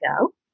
go